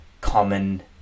common